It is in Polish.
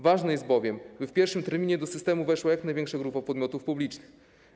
Ważne jest bowiem, by w pierwszym terminie do systemu weszła jak największa grupa podmiotów publicznych.